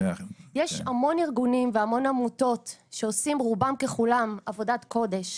יש המון ארגונים והמון עמותות שעושים רובם ככולם עבודת קודש